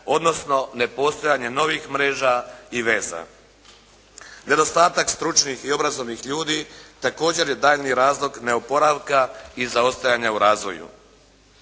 odnosno nepostojanje novih mreža i veza. Nedostatak stručnih i obrazovnih ljudi također je daljnji razlog neoporavka i zaostajanja u razvoju.